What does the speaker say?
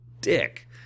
dick